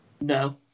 No